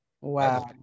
Wow